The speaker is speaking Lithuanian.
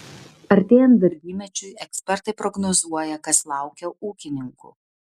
artėjant darbymečiui ekspertai prognozuoja kas laukia ūkininkų